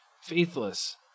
faithless